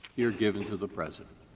here given to the president,